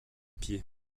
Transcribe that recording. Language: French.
pieds